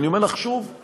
ואני אומר לך שוב,